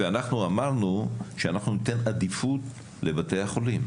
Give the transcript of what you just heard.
ואנחנו אמרנו שאנחנו ניתן עדיפות לבתי החולים